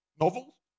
novels